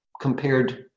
compared